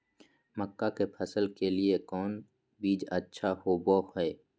मक्का के फसल के लिए कौन बीज अच्छा होबो हाय?